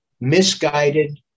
misguided